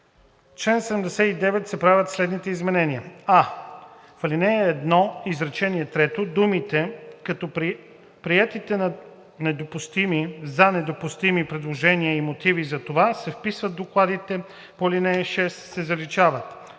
чл. 79 се правят следните изменения: а) в ал. 1, изречение трето думите „като приетите за недопустими предложения и мотивите за това се вписват в доклада по ал. 6“ се заличават;